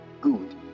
Good